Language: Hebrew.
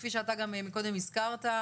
כפי שאתה גם קודם הזכרת,